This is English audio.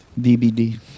DVD